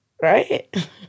right